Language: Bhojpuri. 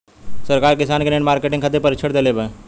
सरकार किसान के नेट मार्केटिंग खातिर प्रक्षिक्षण देबेले?